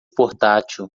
portátil